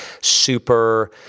super